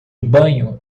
banho